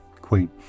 queen